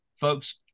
folks